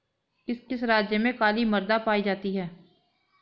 किस किस राज्य में काली मृदा पाई जाती है?